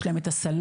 יש להם את הסלון,